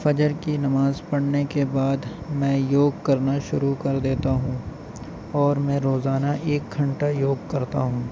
فجر کی نماز پڑھنے کے بعد میں یوگ کرنا شروع کر دیتا ہوں اور میں روزانہ ایک گھنٹہ یوگ کرتا ہوں